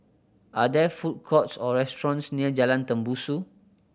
are there food courts or restaurants near Jalan Tembusu